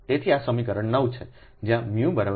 તેથી આ સમીકરણ 9 છે જ્યાંµµ0 છે